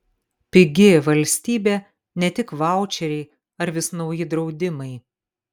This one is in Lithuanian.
pigi valstybė ne tik vaučeriai ar vis nauji draudimai